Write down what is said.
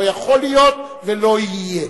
לא יכול להיות ולא יהיה.